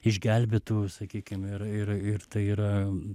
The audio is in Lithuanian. išgelbėtų sakykim ir ir ir tai yra